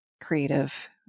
creative